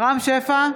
רם שפע,